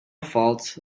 fault